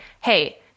hey